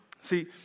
See